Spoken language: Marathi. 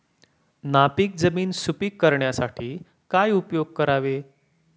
नापीक जमीन सुपीक करण्यासाठी काय उपयोग करावे?